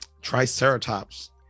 Triceratops